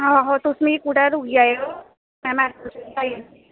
आहो तुस मिगी रुकी जायो